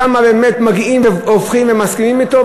שם באמת הופכים ומגיעים ומסכימים אתו,